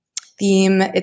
theme